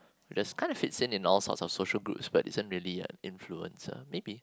you just kind of fits in all sorts of social groups but isn't really a influencer maybe